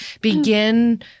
begin